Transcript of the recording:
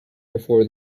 before